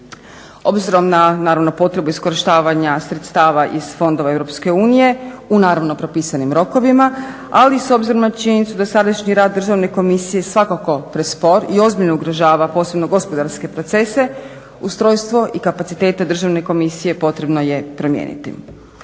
Obzirom na naravno potrebu iskorištavanja sredstava iz fondova EU u naravno propisanim rokovima, ali i s obzirom na činjenicu da sadašnji rad Državne komisije svakako je prespor i ozbiljno ugrožava posebno gospodarske procese ustrojstvo i kapacitete Državne komisije potrebno je promijeniti.